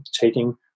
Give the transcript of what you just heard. taking